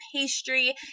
pastry